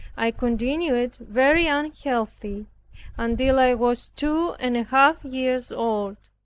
i continued very unhealthy until i was two and a half years old,